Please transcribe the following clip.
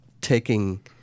taking